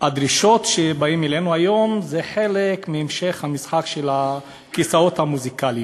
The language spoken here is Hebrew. הדרישות שבאים אתן אלינו היום הן חלק מהמשך משחק הכיסאות המוזיקליים.